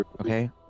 okay